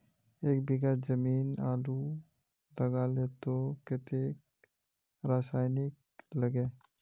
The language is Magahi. एक बीघा जमीन आलू लगाले तो कतेक रासायनिक लगे?